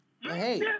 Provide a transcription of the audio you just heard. Hey